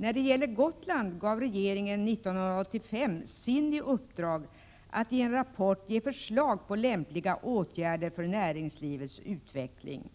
När det gäller Gotland gav regeringen år 1985 SIND i uppdrag att i en rapport ge förslag på lämpliga åtgärder för näringslivets utveckling.